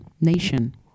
nation